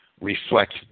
reflect